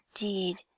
indeed